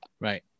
Right